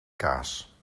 kaas